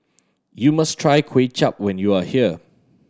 you must try Kway Chap when you are here